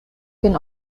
can